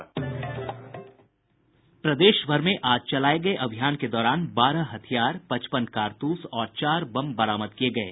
प्रदेशभर में आज चलाये गये अभियान के दौरान बारह हथियार पचपन कारतूस और चार बम बरामद किये गये